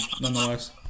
nonetheless